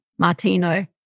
Martino